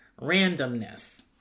randomness